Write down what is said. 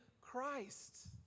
Christ